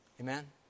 amen